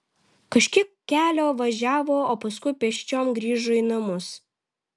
kažkiek kelio važiavo o paskui pėsčiom grįžo į namus